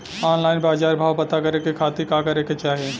Online बाजार भाव पता करे के खाती का करे के चाही?